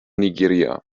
nigeria